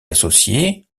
associée